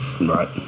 Right